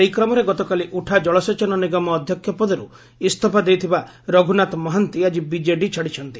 ସେହିକ୍ରମରେ ଗତକାଲି ଉଠାଜଳସେଚନ ନିଗମ ଅଧ୍ୟକ୍ଷ ପଦର୍ ଇସ୍ତଫା ଦେଇଥିବା ରଘୁନାଥ ମହାନ୍ତି ଆକି ବିଜେଡ଼ି ଛାଡ଼ିଛନ୍ତି